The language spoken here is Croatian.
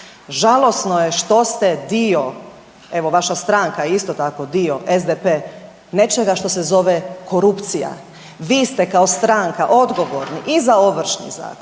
Žalosno je što ste dio, evo, vaša stranka, isto tako, dio SDP nečega što se zove korupcija. Vi ste kao stanka odgovorni i za Ovršni zakon